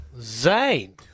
Zane